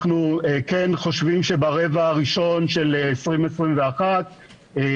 אנחנו חושבים שברבע הראשון של 2021 בעזרת